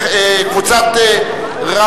בעד, 50 נגד, אין נמנעים.